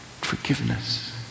forgiveness